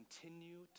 continue